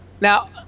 Now